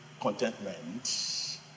contentment